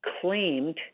claimed